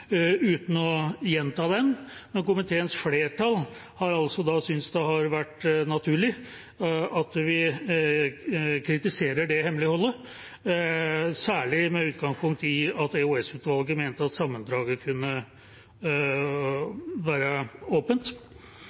uten å gjenta den. Komiteens flertall synes det har vært naturlig at vi kritiserer det hemmeligholdet, særlig med utgangspunkt i at EOS-utvalget mente at sammendraget kunne være åpent.